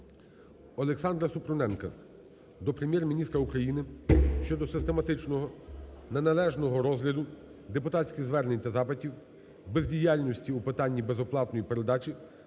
Олександра Супруненка до Прем'єр-міністра України щодо систематичного неналежного розгляду депутатських звернень та запитів, бездіяльності у питанні безоплатної передачі